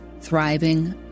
thriving